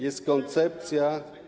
Jest koncepcja.